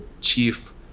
chief